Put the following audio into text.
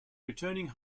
returning